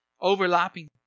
overlapping